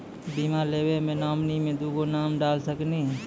बीमा लेवे मे नॉमिनी मे दुगो नाम डाल सकनी?